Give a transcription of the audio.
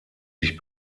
sich